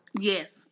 yes